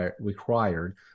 required